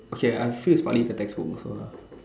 okay I'm free to study with the textbook also lah